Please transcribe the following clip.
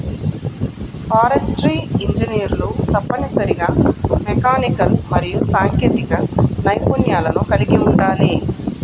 forestry ఇంజనీర్లు తప్పనిసరిగా mechanical మరియు సాంకేతిక నైపుణ్యాలను కలిగి ఉండాలి